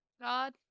God